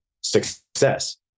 success